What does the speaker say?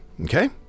Okay